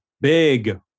big